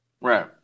Right